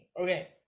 okay